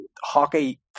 hockey